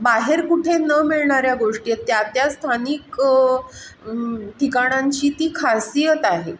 बाहेर कुठे न मिळणाऱ्या गोष्टी आहेत त्या त्या स्थानिक ठिकाणांची ती खासियत आहे